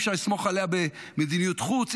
אי-אפשר עליה לסמוך במדיניות חוץ,